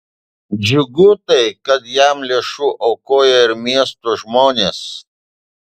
džiugu tai kad jam lėšų aukojo ir miesto žmonės